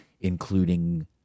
including